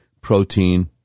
protein